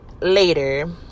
later